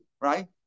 right